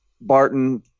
Barton